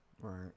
Right